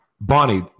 Bonnie